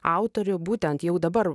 autorių būtent jau dabar